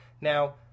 now